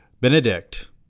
Benedict